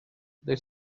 they